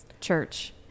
church